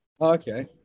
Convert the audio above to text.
Okay